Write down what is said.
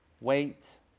wait